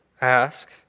ask